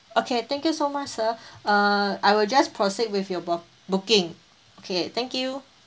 okay thank you so much sir err I will just proceed with your bo~ booking okay thank you